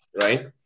right